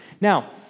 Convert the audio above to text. Now